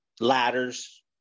ladders